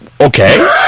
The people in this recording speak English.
Okay